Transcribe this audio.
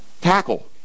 tackle